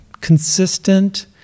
Consistent